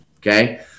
okay